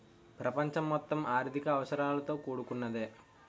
ప్రపంచం మొత్తం ఆర్థిక అవసరాలతో కూడుకున్నదే